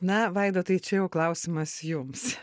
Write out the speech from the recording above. na vaidotai čia jau klausimas jums